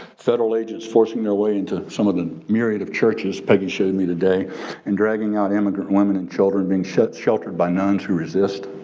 federal agents forcing their way into some of the myriad of churches peggy showed me today and dragging out immigrant women and children being shut sheltered by nuns who resist,